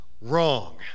wrong